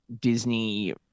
disney